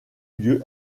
lieu